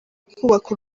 kubakwa